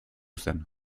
zen